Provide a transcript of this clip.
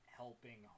helping